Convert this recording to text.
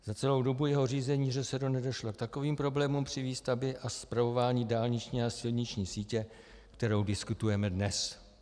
Za celou dobu jeho řízení v ŘSD nedošlo k takovým problémům při výstavbě a spravování dálniční a silniční sítě, kterou diskutujeme dnes.